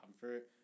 comfort